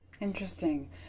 Interesting